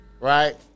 right